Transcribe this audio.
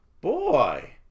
Boy